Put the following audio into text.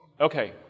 Okay